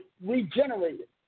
regenerated